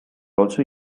also